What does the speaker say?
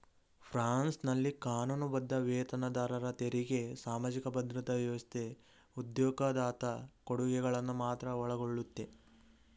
ಫ್ರಾನ್ಸ್ನಲ್ಲಿ ಕಾನೂನುಬದ್ಧ ವೇತನದಾರರ ತೆರಿಗೆ ಸಾಮಾಜಿಕ ಭದ್ರತಾ ವ್ಯವಸ್ಥೆ ಉದ್ಯೋಗದಾತ ಕೊಡುಗೆಗಳನ್ನ ಮಾತ್ರ ಒಳಗೊಳ್ಳುತ್ತೆ